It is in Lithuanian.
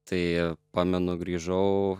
tai pamenu grįžau